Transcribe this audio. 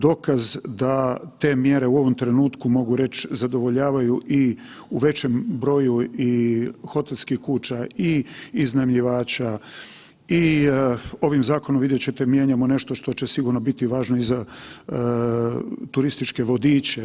Dokaz da te mjere u ovom trenutku mogu reći zadovoljavaju i u većem broju hotelskih kuća i iznajmljivača i ovim zakonom vidjet ćete mijenjamo nešto što će sigurno biti važno i za turističke vodiče.